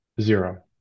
zero